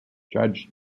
judge